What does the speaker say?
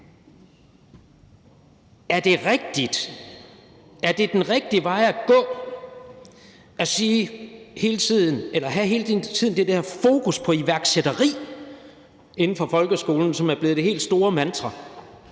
Vanopslagh. Er det den rigtige vej at gå hele tiden at have det der fokus på iværksætteri inden for folkeskolen, som er blevet det helt store mantra?